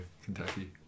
Kentucky